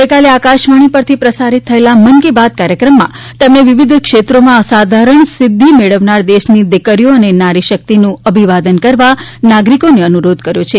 ગઇકાલે આકાશવાણી પરથી પ્રસારિત થયેલા મન કી બાત કાર્યક્રમમાં તેમણે વિવિધ ક્ષેત્રોમાં અસાધારણ સિદ્ધિ મેળવનાર દેશની દિકરીઓ અને નારી શક્તિનું અભિવાદન કરવા નાગરિકોને અનુરોધ કર્યો છે